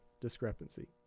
discrepancy